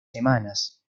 semanas